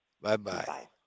Bye-bye